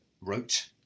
wrote